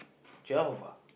twelve ah